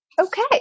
Okay